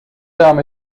devam